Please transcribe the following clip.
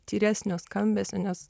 tyresnio skambesio nes